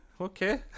Okay